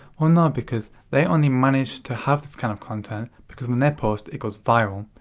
well, no because they only manage to have this kind of content because when they post, it goes viral.